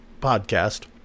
podcast